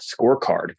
scorecard